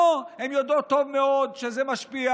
לא, הן יודעות טוב מאוד שזה משפיע.